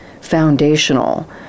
foundational